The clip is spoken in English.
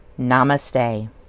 Namaste